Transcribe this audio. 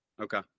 Okay